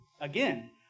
again